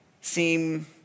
seem